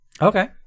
Okay